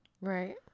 Right